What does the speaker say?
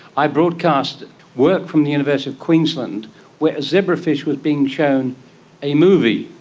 i broadcast work from the university of queensland where a zebrafish was being shown a movie